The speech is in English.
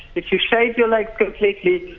if you shave your legs completely,